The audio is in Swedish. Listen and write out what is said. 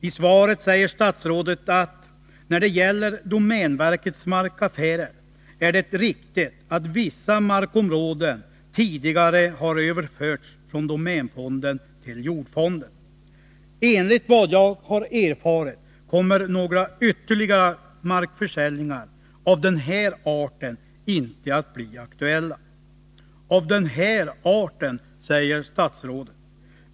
I svaret säger statsrådet: ”När det gäller domänverkets markaffärer är det riktigt att vissa markområden tidigare har överförts från domänfonden till jordfonden. Enligt vad jag har erfarit kommer några ytterligare markförsäljningar av den här arten inte att bli aktuella.” Av den här arten, säger statsrådet.